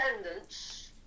attendance